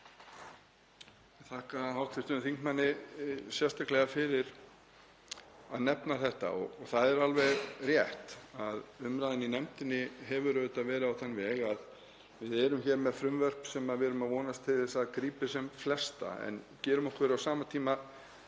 þakka hv. þingmanni sérstaklega fyrir að nefna þetta. Það er alveg rétt að umræðan í nefndinni hefur verið á þann veg að við erum hér með frumvörp sem við erum að vonast til þess að grípi sem flesta en gerum okkur á sama tíma